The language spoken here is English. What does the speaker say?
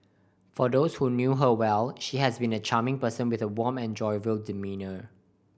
for those who knew her well she has been a charming person with a warm and jovial demeanour